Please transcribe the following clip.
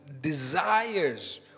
desires